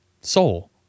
soul